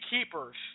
keepers